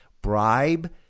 bribe